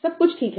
सब कुछ ठीक है